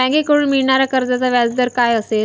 बँकेकडून मिळणाऱ्या कर्जाचा व्याजदर काय असेल?